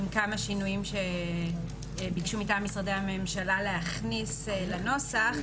עם כמה שינויים שביקשו מטעם משרדי הממשלה להכניס לנוסח,